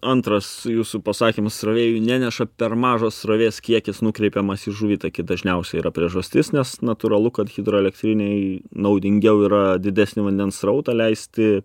antras jūsų pasakymas srovė jų neneša per mažas srovės kiekis nukreipiamas į žuvitakį dažniausia yra priežastis nes natūralu kad hidroelektrinėj naudingiau yra didesni vandens srautą leisti